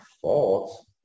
fault